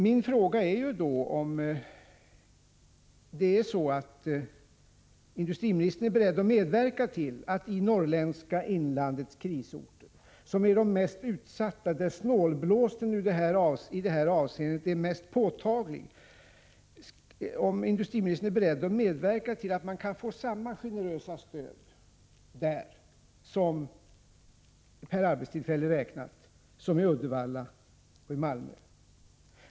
Min fråga är då om industriministern är beredd att medverka till att man i det norrländska inlandets krisorter, som är de mest utsatta och där snålblåsten i detta avseende är mest påtaglig, kan få samma generösa stöd per arbetstillfälle räknat som i Uddevalla och i Malmö.